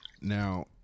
Now